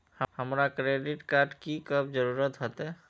हमरा credit card की कब जरूरत होते?